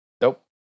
nope